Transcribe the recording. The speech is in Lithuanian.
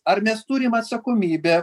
ar mes turim atsakomybę